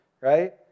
right